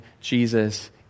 Jesus